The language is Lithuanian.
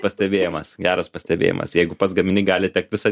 pastebėjimas geras pastebėjimas jeigu pats gamini gali tekt visą